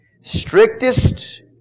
Strictest